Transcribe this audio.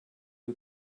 who